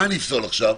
מה אני אפסול עכשיו?